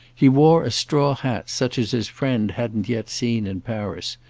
he wore a straw hat such as his friend hadn't yet seen in paris,